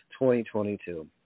2022